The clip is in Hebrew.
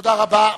תודה רבה.